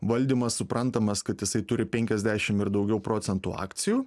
valdymas suprantamas kad jisai turi penkiasdešimt ir daugiau procentų akcijų